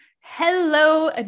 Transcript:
Hello